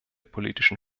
politischen